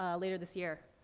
um later this year.